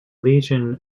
legion